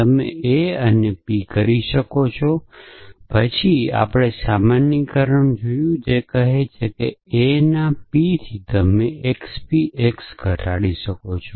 તમે a ને p કરી શકો છો અને પછી આપણે સામાન્યીકરણ જોયું તે કહે છે કે a ના p થી તમે xp x ઘટાડી શકો છો